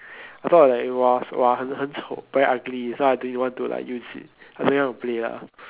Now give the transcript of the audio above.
I thought like it was !wah! 很很丑 very ugly so I didn't want to like use it I didn't want to play lah